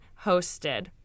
hosted